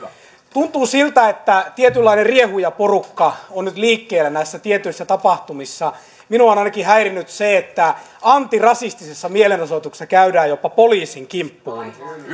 tuntuu siltä että tietynlainen riehujaporukka on nyt liikkeellä näissä tietyissä tapahtumissa minua on ainakin häirinnyt se että antirasistisissa mielenosoituksissa käydään jopa poliisin kimppuun